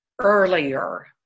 earlier